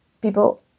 People